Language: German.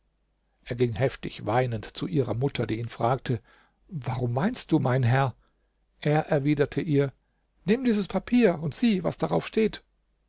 er ging heftig weinend zu ihrer mutter die ihn fragte warum weinst du mein herr er erwiderte ihr nimm dieses papier und sieh was darauf steht